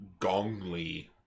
gongli